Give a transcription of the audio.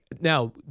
Now